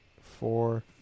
four